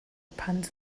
puns